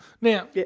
Now